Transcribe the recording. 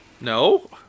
no